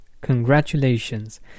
Congratulations